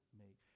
make